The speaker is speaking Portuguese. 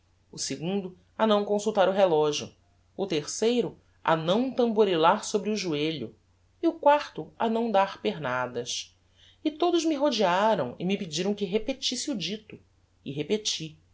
o segundo a não consultar o relogio o terceiro a não tamborilar sobre o joelho e o quarto a não dar pernadas e todos me rodearam e me pediram que repetisse o dito e repeti